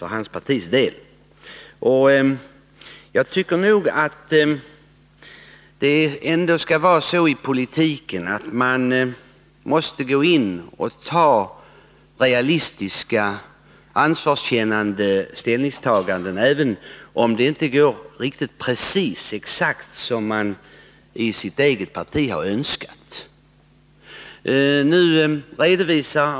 Jag tycker emellertid att det skall vara så i politiken, att man måste göra realistiska och ansvarskännande ställningstaganden, även om det inte går exakt på det sätt som man har önskat inom det egna partiet.